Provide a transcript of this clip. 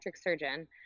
surgeon